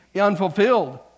unfulfilled